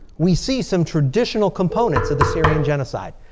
we see some traditional components of the syrian genocide.